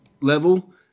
level